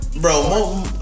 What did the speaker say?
bro